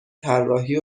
طراحی